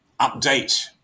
update